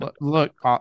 Look